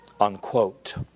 unquote